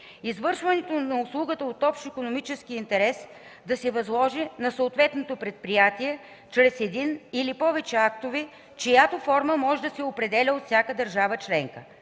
извършването на услугата от общ икономически интерес да се възложи на съответното предприятие чрез един или повече актове, чиято форма може да се определя от всяка държава членка.